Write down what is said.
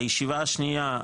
הישיבה השנייה,